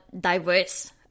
diverse